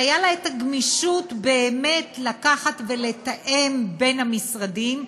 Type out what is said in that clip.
שהייתה לה גמישות באמת לקחת ולתאם בין המשרדים,